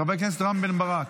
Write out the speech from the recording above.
חבר הכנסת רם בן ברק.